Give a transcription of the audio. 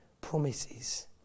promises